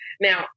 now